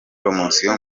promosiyo